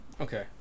Okay